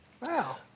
Wow